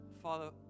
Father